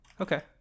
Okay